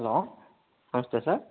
hello నమస్తే sir